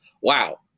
wow